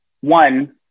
one